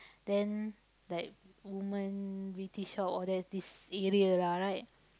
then like woman we teach her all that this area lah right